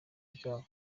byabo